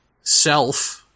self